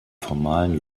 formalen